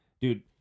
Dude